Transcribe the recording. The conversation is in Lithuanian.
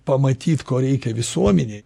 pamatyt ko reikia visuomenei